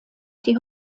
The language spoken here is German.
die